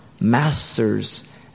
masters